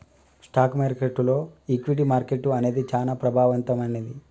stock మార్కెట్టులో equity market అనేది చానా ప్రభావవంతమైంది